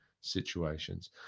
situations